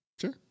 Sure